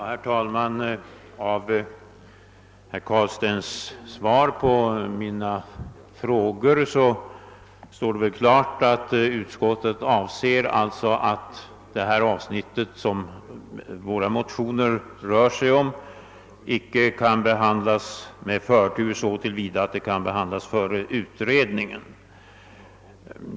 Herr talman! Av herr Carlsteins svar på mina frågor står det klart att utskottet anser att det avsnitt som våra motioner gäller inte skall behandlas med förtur innan utredningen har lagt fram förslag.